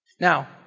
Now